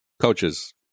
coaches